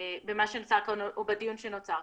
בדיון שנותר.